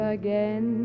again